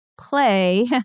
play